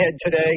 today